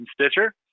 Stitcher